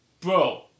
bro